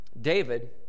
David